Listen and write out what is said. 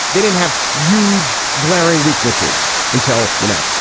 they didn't have euge glaring weaknesses until, you know,